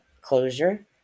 closure